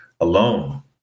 alone